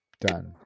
done